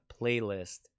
playlist